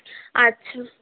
আচ্ছা